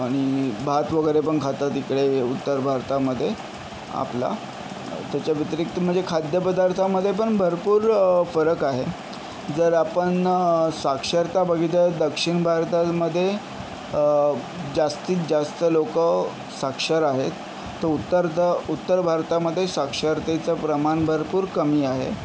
आणि भात वगैरे पण खातात इकडे उत्तर भारतामध्ये आपला त्याच्या व्यतिरिक्त म्हणजे खाद्यपदार्थामध्ये पण भरपूर फरक आहे जर आपण साक्षरता बघिता दक्षिण भारतामध्ये जास्तीत जास्त लोक साक्षर आहेत तर उत्तर द उत्तर भारतामध्ये साक्षरतेचं प्रमाण भरपूर कमी आहे